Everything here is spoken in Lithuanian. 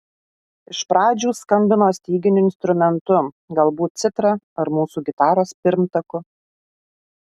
iš pradžių skambino styginiu instrumentu galbūt citra ar mūsų gitaros pirmtaku